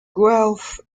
guelph